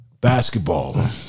Basketball